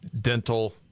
dental